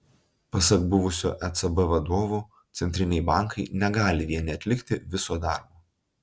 pasak buvusio ecb vadovo centriniai bankai negali vieni atlikti viso darbo